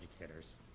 educators